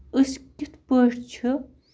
أسۍ کِتھٕ پٲٹھۍ چھِ